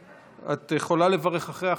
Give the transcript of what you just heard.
את יכולה לברך אחרי החוק.